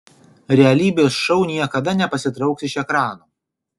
realybės šou niekada nepasitrauks iš ekranų